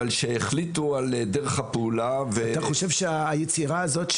אבל שהחליטו על דרך הפעולה ו- -- אתה חושב שהיצירה הזאת,